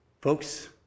Folks